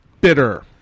bitter